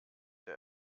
der